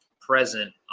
present